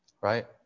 Right